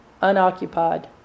unoccupied